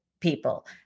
people